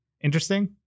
interesting